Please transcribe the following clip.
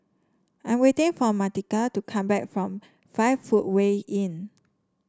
I am waiting for Martika to come back from Five Footway Inn